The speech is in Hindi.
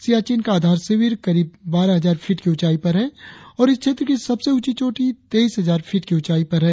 सियाचिन का आधार शिविर करीब बारह हजार फीट की ऊचाई पर है और इस क्षेत्र की सबसे ऊंची चोटी तेईस हजार फीट की ऊंचाई ओर है